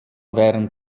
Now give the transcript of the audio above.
während